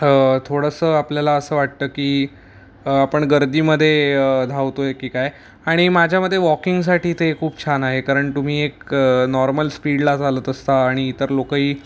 थोडंसं आपल्याला असं वाटतं की आपण गर्दीमध्ये धावतोय की काय आणि माझ्यामधे वॉकिंगसाठी ते खूप छान आहे कारण तुम्ही एक नॉर्मल स्पीडला चालत असता आणि इतर लोकही